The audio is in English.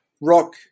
rock